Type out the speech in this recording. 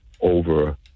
over